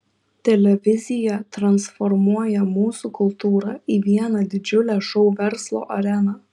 televizija transformuoja mūsų kultūrą į vieną didžiulę šou verslo areną